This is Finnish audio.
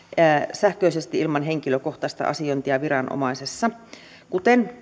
sähköisesti ilman henkilökohtaista asiointia viranomaisessa kuten